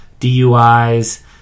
DUIs